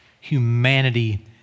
humanity